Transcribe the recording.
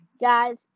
Guys